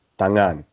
tangan